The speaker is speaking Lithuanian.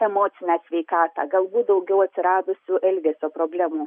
emocinę sveikatą galbūt daugiau atsiradusių elgesio problemų